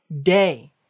day